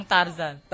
Tarzan